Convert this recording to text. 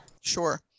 Sure